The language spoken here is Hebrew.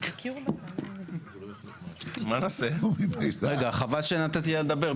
חבל שנתתי לה לדבר,